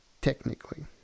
technically